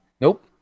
Nope